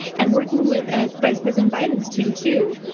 and working with ah vice president biden's team, too,